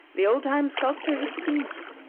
the old-time sculptor had seen him,